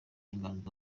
inganzo